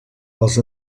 als